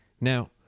Now